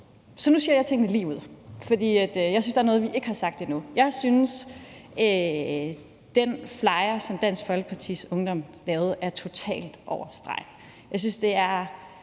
Så nu siger jeg tingene ligeud, for jeg synes, der er noget, vi ikke har sagt endnu. Jeg synes, at den flyer, som Dansk Folkepartis Ungdom lavede, er totalt over stregen. Jeg synes, det er